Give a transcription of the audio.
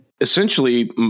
Essentially